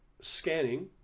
scanning